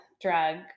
drug